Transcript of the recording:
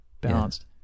balanced